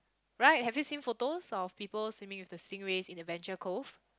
right have you seen photos of people swimming with the stingrays in Adventure-Cove